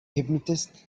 hypnotist